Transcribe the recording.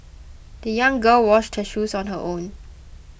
the young girl washed her shoes on her own